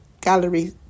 gallery